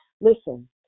Listen